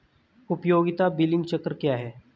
उपयोगिता बिलिंग चक्र क्या है?